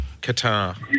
Qatar